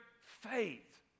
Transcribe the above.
faith